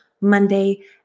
Monday